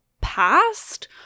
past